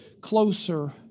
closer